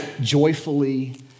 joyfully